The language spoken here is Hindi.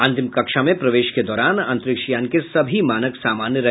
अंतिम कक्षा में प्रवेश के दौरान अंतरिक्ष यान के सभी मानक सामान्य रहे